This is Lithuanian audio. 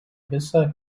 visą